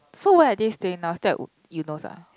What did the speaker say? so where are they staying now stay at Eunos ah